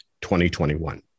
2021